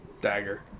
dagger